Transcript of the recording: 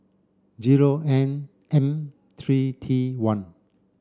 zero N M three T one